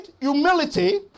humility